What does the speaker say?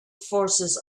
forces